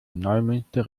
neumünster